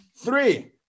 Three